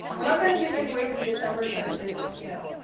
we're not going to do giveaways in decemeber since it's you know